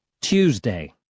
Tuesday